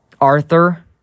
arthur